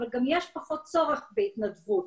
אבל גם יש פחות צורך בהתנדבות.